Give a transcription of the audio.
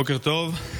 בוקר טוב.